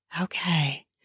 Okay